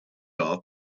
off